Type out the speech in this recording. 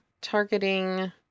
targeting